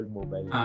mobile